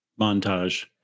Montage